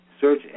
search